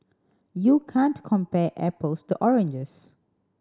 you can't compare apples to oranges